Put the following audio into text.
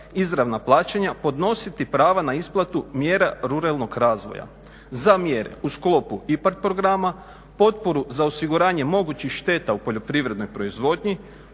izravna plaćanja podnositi prava na isplatu mjera ruralnog razvoja. Za mjere u sklopu IPARD programa, potporu za osiguranje mogućih šteta u poljoprivrednoj proizvodnji,